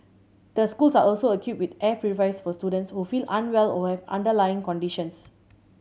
the schools are also equipped with air purifiers for students who feel unwell or have underlying conditions